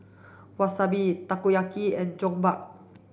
Wasabi Takoyaki and Jokbal